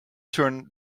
turn